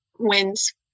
Wins